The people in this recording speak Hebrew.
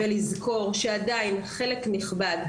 ולזכור שעדיין חלק נכבד,